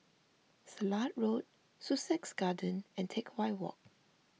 Silat Road Sussex Garden and Teck Whye Walk